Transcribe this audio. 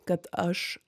kad aš